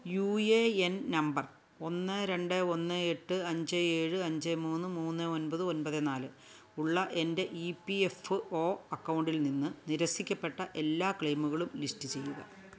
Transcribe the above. U A N number ഒന്ന് രണ്ട് ഒന്ന് എട്ട് അഞ്ച് ഏഴ് അഞ്ച് മൂന്ന് മൂന്ന് ഒന്പത് ഒന്പത് നാല് ഉള്ള എന്റെ ഈ പ്പീ എഫ് ഒ അക്കൗണ്ടിൽ നിന്ന് നിരസിക്കപ്പെട്ട എല്ലാ ക്ലെയിമുകളും ലിസ്റ്റ് ചെയ്യുക